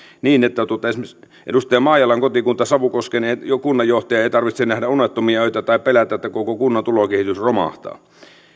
niin että esimerkiksi edustaja maijalan kotikunnan savukosken kunnanjohtajan ei tarvitse nähdä unettomia öitä tai pelätä että koko kunnan tulokehitys romahtaa